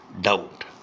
doubt